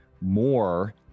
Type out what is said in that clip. more